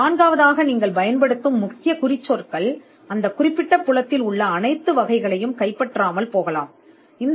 நான்காவதாக நீங்கள் பயன்படுத்தும் முக்கிய சொற்கள் அனைத்தையும் மறைக்காது அல்லது குறிப்பிட்ட துறையில் உள்ள அனைத்து வகைகளையும் கைப்பற்றக்கூடாது